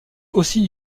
aussi